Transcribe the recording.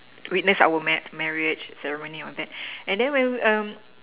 witness our mar~ marriage ceremony on that and then when